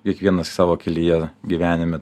kiekvienas savo kelyje gyvenime